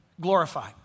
Glorify